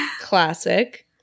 classic